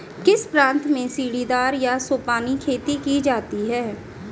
किस प्रांत में सीढ़ीदार या सोपानी खेती की जाती है?